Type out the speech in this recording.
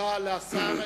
תודה לשר.